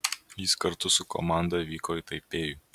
jis kartu su komanda vyko į taipėjų